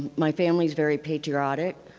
my family is very patriotic,